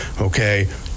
okay